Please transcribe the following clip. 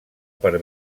per